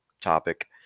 topic